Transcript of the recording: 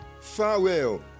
farewell